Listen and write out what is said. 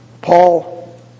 Paul